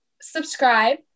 subscribe